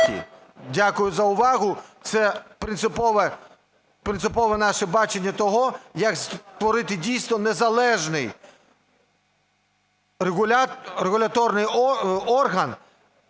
Дякую за увагу. Це принципове наше бачення того, як створити дійсно незалежний регуляторний орган,